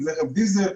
אם זה רכב דיזל,